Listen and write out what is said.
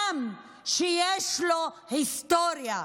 עם שיש לו היסטוריה.